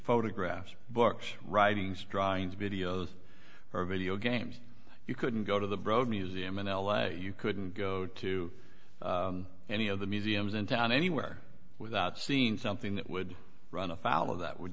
photographs books writings drawings videos or video games you couldn't go to the brode museum in l a you couldn't go to any of the museums in town anywhere without seeing something that would run afoul of that would